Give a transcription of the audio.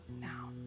now